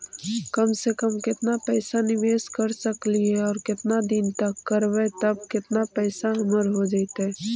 कम से कम केतना पैसा निबेस कर सकली हे और केतना दिन तक करबै तब केतना पैसा हमर हो जइतै?